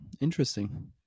Interesting